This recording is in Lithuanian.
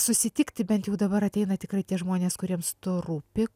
susitikti bent jau dabar ateina tikrai tie žmonės kuriems tu rūpi